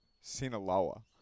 Sinaloa